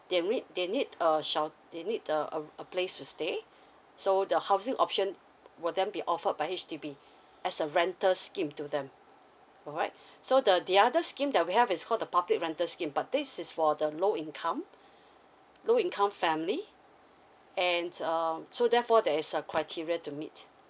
they need they need a shel~ they need a a a place to stay so the housing option will then be offered by H_D_B as a rental scheme to them alright so the the other scheme that we have is called the public rental scheme but this is for the low income low income family and uh so therefore there is a criteria to meet